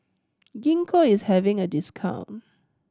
Gingko is having a discount